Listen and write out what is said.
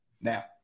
Now